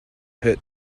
hurt